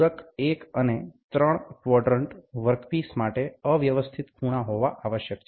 પૂરક 1 અને 3 quadrant workpiece માટે અવ્યવસ્થિત ખૂણા હોવા આવશ્યક છે